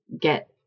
Get